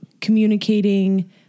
communicating